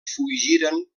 fugiren